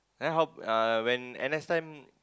then how uh when N_S time